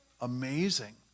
amazing